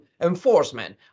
enforcement